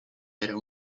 era